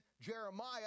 Jeremiah